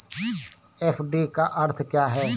FD का अर्थ क्या है?